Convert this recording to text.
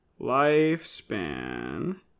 lifespan